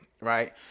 Right